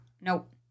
Nope